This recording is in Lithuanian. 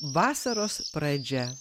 vasaros pradžia